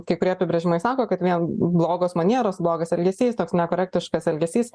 kai kurie apibrėžimai sako kad vien blogos manieros blogas elgesys toks nekorektiškas elgesys